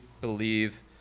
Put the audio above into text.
believe